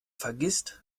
vergisst